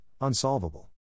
unsolvable